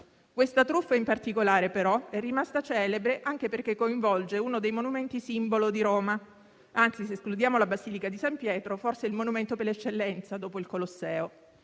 Questa truffa in particolare, però, è rimasta celebre anche perché coinvolge uno dei monumenti simbolo di Roma; anzi, se escludiamo la Basilica di San Pietro, forse il monumento per eccellenza dopo il Colosseo.